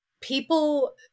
people